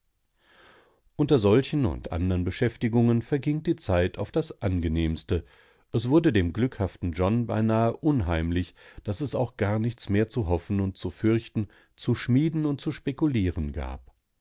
unter solchen und anderen beschäftigungen verging die zeit auf das angenehmste es wurde dem glückhaften john beinahe unheimlich daß es auch gar nichts mehr zu hoffen und zu fürchten zu schmieden und zu spekulieren gab